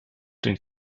den